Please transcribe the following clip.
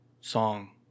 song